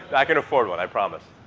but i can afford one, i promise.